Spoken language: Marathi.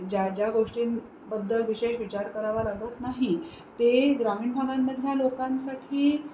ज्या ज्या गोष्टींबद्दल विशेष विचार करावा लागत नाही ते ग्रामीण भागांमधल्या लोकांसाठी